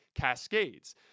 cascades